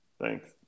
Thanks